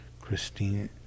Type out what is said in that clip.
Christine